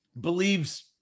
believes